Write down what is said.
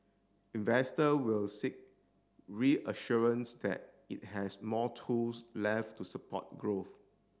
investor will seek reassurance that it has more tools left to support growth